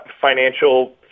financial